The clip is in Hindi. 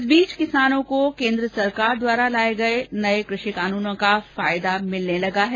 इस बीच किसानों को केन्द्र सरकार द्वारा लाये गये नये कृषि कानूनों का फायदा मिल रहा है